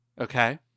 okay